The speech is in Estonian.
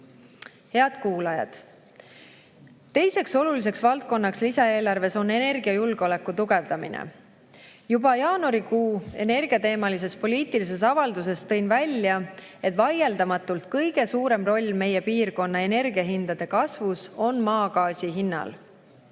kuulajad! Teine oluline [sammas] lisaeelarves on energiajulgeoleku tugevdamine. Juba jaanuarikuu energiateemalises poliitilises avalduses tõin välja, et vaieldamatult kõige suurem roll meie piirkonna energiahindade kasvus on maagaasi hinnal.